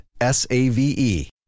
S-A-V-E